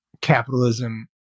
capitalism